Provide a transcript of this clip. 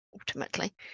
ultimately